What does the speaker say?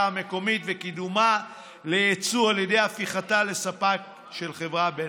המקומית וקידומה ליצוא על ידי הפיכתה לספק של חברה בין-לאומית.